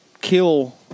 kill